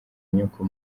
inyoko